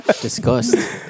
disgust